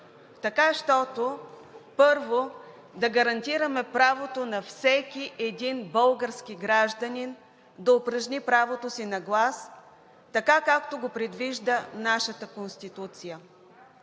така щото да гарантираме правото на всеки един български гражданин да упражни правото си на глас така, както го предвижда нашата Конституцията.